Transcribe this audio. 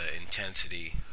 intensity